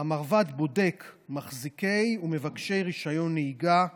המרב"ד בודק מחזיקי ומבקשי רישיון נהיגה בלבד.